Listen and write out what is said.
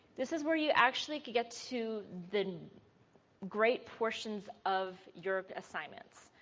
this is where you actually get to the great portions of your assignments.